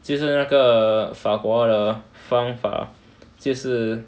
就是那个法国的方法就是